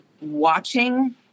watching